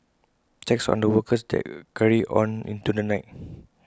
checks on the workers there carried on into the night